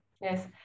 Yes